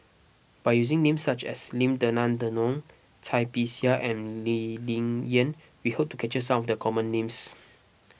by using names such as Lim Denan Denon Cai Bixia and Lee Ling Yen we hope to capture some of the common names